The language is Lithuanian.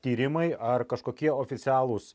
tyrimai ar kažkokie oficialūs